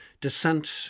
Descent